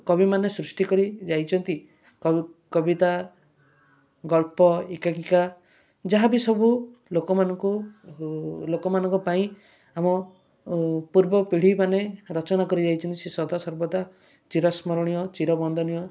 କବିମାନେ ସୃଷ୍ଟି କରି ଯାଇଛନ୍ତି କବିତା ଗଳ୍ପ ଏକାଙ୍କିକା ଯାହାବି ସବୁ ଲୋକମାନଙ୍କୁ ଲୋକମାନଙ୍କ ପାଇଁ ଆମ ପୂର୍ବ ପିଢ଼ିମାନେ ରଚନା କରି ଯାଇଛନ୍ତି ସେ ସଦାସର୍ବଦା ଚିରସ୍ମରଣୀୟ ଚିର ବନ୍ଦନୀୟ